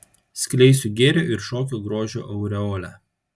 skleisiu gėrio ir šokio grožio aureolę